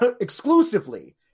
exclusively